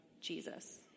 Jesus